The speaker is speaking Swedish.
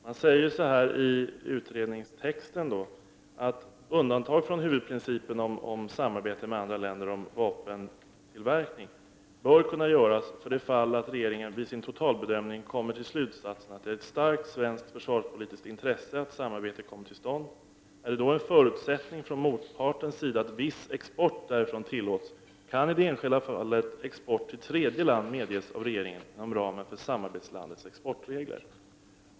Man säger i utredningstexten att undantag från huvudprincipen om samarbete med andra länder om vapentillverkning bör kunna göras för det fall att regeringen vid sin totalbedömning kommer till slutsatsen att det är ett starkt svenskt försvarspolitiskt intresse att samarbete kommer till stånd. Är det då en förutsättning från motpartens sida att viss export därifrån tillåts, kan i det enskilda fallet export till tredje land medges av regeringen inom ramen för samarbetslandets exportregler.